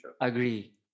agree